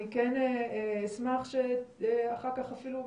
אני כן אשמח שאחר כך אפילו,